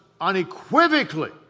unequivocally